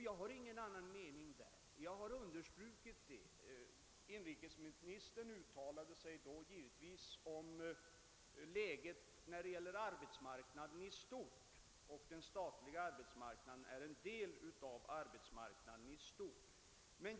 Jag har ingen annan mening därvidlag, vilket jag också har understrukit. Inrikesministern uttalade sig därvid givetvis om läget på arbetsmarknaden i stort, och den statliga arbetsmarknaden är en del härav.